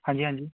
ਹਾਂਜੀ ਹਾਂਜੀ